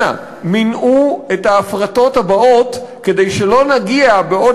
אנא מנעו את ההפרטות הבאות כדי שלא נגיע בעוד